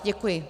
Děkuji.